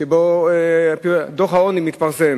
שבה דוח העוני מתפרסם.